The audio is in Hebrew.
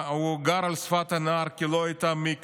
הוא גר על שפת הנהר כי לא היה מקווה,